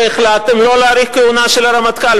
והחלטתם לא להאריך את הכהונה של הרמטכ"ל.